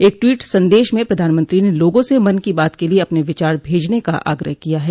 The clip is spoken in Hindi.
एक ट्वीट संदेश में प्रधानमंत्री ने लोगों से मन की बात के लिये अपने विचार भेजने का आग्रह किया है